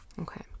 okay